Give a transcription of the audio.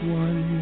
one